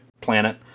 planet